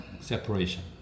separation